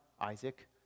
Isaac